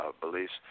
beliefs